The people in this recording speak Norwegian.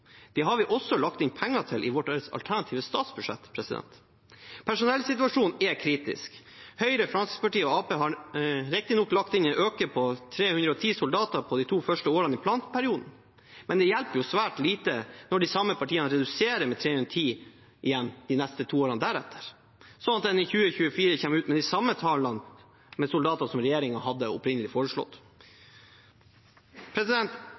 Det har vi også lagt inn penger til i vårt alternative statsbudsjett. Personellsituasjonen er kritisk. Høyre, Fremskrittspartiet og Arbeiderpartiet har riktignok lagt inn en økning på 310 soldater de to første årene i planperioden, men det hjelper svært lite når de samme partiene reduserer med 310 igjen de to neste årene deretter, slik at en i 2024 kommer ut med samme antall soldater som regjeringen opprinnelig hadde foreslått.